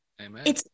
Amen